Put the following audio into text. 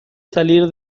salir